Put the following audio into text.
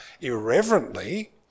irreverently